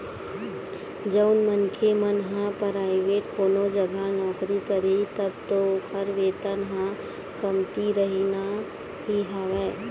जउन मनखे मन ह पराइवेंट कोनो जघा नौकरी करही तब तो ओखर वेतन ह कमती रहिना ही हवय